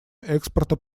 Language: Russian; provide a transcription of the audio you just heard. экспорта